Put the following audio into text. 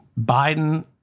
Biden